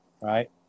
right